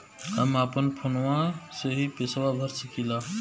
हम अपना फोनवा से ही पेसवा भर सकी ला?